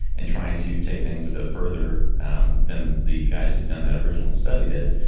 and trying to take things a bit further um than the guys who'd done that original study did.